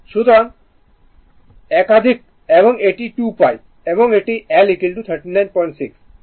সুতরাং একাধিক এবং এটি 2 pi এবং এটি L 396